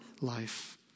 life